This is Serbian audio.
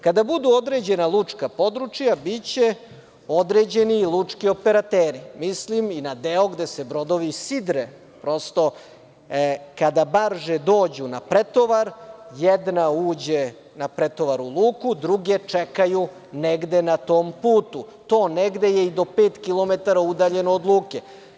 Kada budu određena lučka područja biće određeni lučki operateri, mislim na deo gde se brodovi sidre, prosto kada barže dođu na pretovar, jedna uđe na pretovar u luku, druge čekaju negde na tom putu, a to negde je i do pet kilometara udaljeno od luke.